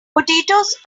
potatoes